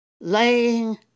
laying